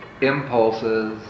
impulses